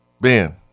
Ben